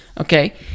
okay